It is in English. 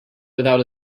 without